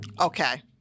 Okay